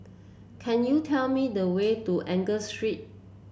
could you tell me the way to Angus Street